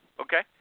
Okay